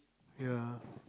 ya